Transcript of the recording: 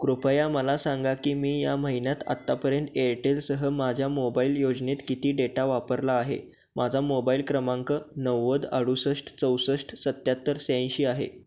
कृपया मला सांगा की मी या महिन्यात आत्तापर्यंत एरटेलसह माझ्या मोबाईल योजनेत किती डेटा वापरला आहे माझा मोबाईल क्रमांक नव्वद अडुसष्ट चौसष्ट सत्याहत्तर शहाऐंशी आहे